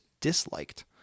disliked